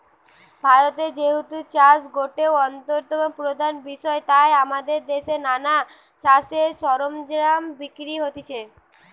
ভারতে যেহেতু চাষ গটে অন্যতম প্রধান বিষয় তাই আমদের দেশে নানা চাষের সরঞ্জাম বিক্রি হতিছে